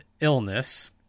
illness